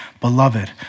beloved